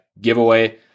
giveaway